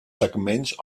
segments